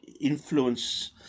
influence